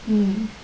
mm